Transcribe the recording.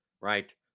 right